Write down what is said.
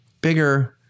bigger